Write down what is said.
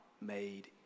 made